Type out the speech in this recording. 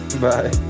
Bye